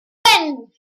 fünf